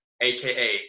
AKA